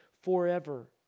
forever